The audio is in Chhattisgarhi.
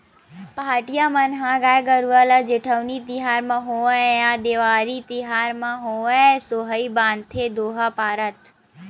पहाटिया मन ह गाय गरुवा ल जेठउनी तिहार म होवय या देवारी तिहार म होवय सोहई बांधथे दोहा पारत